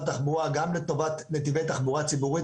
התחבורה גם לטובת נתיבי תחבורה ציבורית,